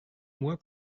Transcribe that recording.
moi